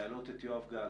להעלות את יואב גל,